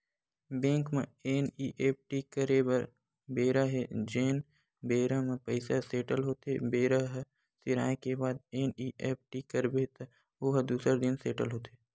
bank म NEFT करे बर बेरा हे जेने बेरा म पइसा सेटल होथे बेरा ह सिराए के बाद एन.ई.एफ.टी करबे त ओ ह दूसर दिन सेटल होथे